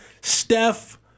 Steph